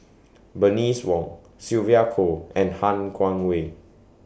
Bernice Wong Sylvia Kho and Han Guangwei